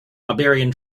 barbarian